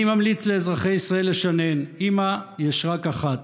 אני ממליץ לאזרחי ישראל לשנן: אימא יש רק אחת,